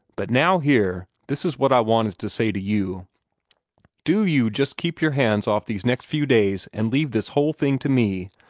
but now here, this is what i wanted to say to you do you just keep your hands off these next few days, and leave this whole thing to me.